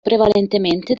prevalentemente